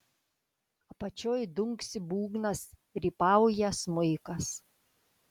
apačioj dunksi būgnas rypauja smuikas